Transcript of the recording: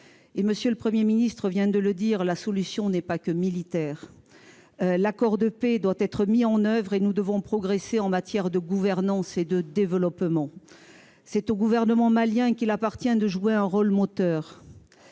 dit, M. le Premier ministre vient de le dire, la solution n'est pas que militaire, l'accord de paix doit être mis en oeuvre et nous devons progresser en matière de gouvernance et de développement. C'est au gouvernement malien qu'il appartient de jouer un rôle moteur